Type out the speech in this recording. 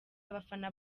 abafana